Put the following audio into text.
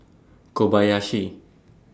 Kobayashi